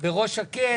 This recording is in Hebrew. בראש שקט